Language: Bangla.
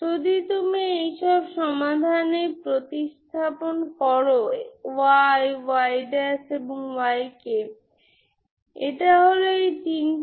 যখন আমি n 0 রাখি এটি 0 হয় এবং cos2nπ b ax সম্পর্কে কি যখন n 0